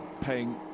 paying